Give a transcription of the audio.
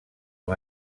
amb